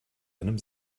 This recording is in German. einem